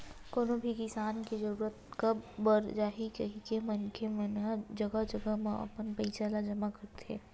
कोनो भी किसम के जरूरत कब पर जाही कहिके मनखे मन ह जघा जघा म अपन पइसा ल जमा करथे